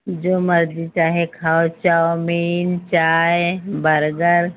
जो मर्ज़ी चाहे खाओ चाऊमिन चाय बर्गर